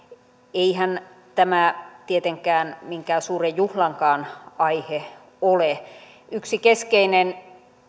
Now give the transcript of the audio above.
eihän tämä tietenkään minkään suuren juhlankaan aihe ole yksi keskeinen